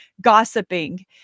gossiping